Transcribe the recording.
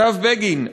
כתב בגין.